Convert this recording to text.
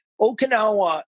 Okinawa